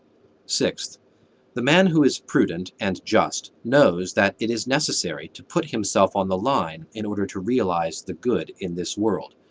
sixth the man who is prudent and just knows that it is necessary to put himself on the line in order to realize the good in this world.